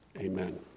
Amen